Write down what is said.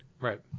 Right